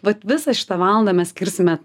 vat visą šitą valandą mes skirsime